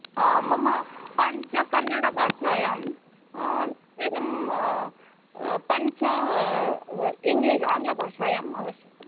मम पञ्च कन्नडभाषायां अनन्तरं पञ्च इङ्ग्लि आङ्ग्लभाषायाम् आवश्यकं